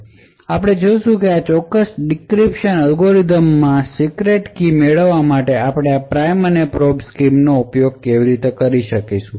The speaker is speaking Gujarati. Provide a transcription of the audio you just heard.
હવે આપણે જોશું કે આ ચોક્કસ ડિક્રિપ્શન અલ્ગોરિધમનો માં સીક્રેટ કી મેળવવા માટે આપણે આ પ્રાઇમ અને પ્રોબ સ્કીમનો ઉપયોગ કેવી રીતે કરી શકીશું